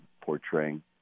portraying